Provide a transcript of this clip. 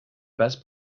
best